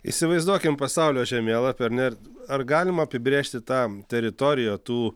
įsivaizduokim pasaulio žemėlapį ar ne ar galim apibrėžti tą teritoriją tų